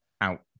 out